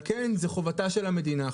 ועל כן זאת חובתה של המדינה.